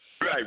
Right